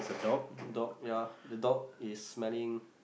dog ya the dog is smelling